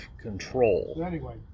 control